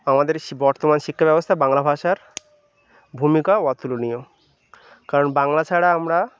আমাদের বর্তমান শিক্ষা ব্যবস্থায় বাংলা ভাষার ভূমিকা অতুলনীয় কারণ বাংলা ছাড়া আমরা